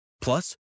Plus